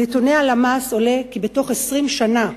מנתוני הלשכה המרכזית לסטטיסטיקה עולה כי בתוך 20 שנה,